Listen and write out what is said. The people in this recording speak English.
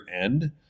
end